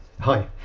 Hi